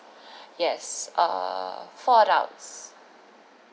yes err four adults